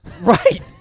Right